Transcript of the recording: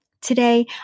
Today